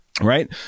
Right